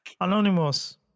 Anonymous